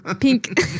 pink